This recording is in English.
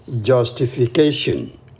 justification